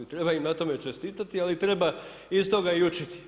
I treba im na tome čestitati, ali treba iz stoga i učiti.